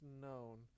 known